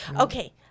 okay